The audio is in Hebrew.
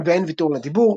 "ואין ויתור לדיבור".